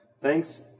Thanks